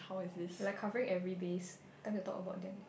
you're like covering every base just to talk about them eh